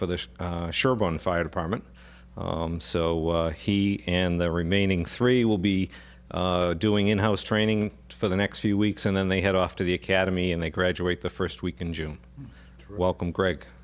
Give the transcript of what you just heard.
for the sure bon fire department so he and the remaining three will be doing in house training for the next few weeks and then they head off to the academy and they graduate the first week in june welcome greg